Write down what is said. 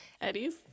Eddie's